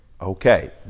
Okay